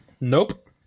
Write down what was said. Nope